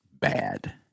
bad